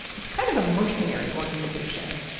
it's kind of a mercenary organization.